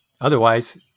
otherwise